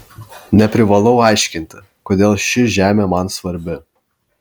neprivalau aiškinti kodėl ši žemė man svarbi